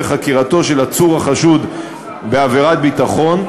בחקירתו של עצור החשוד בעבירת ביטחון,